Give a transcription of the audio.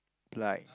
like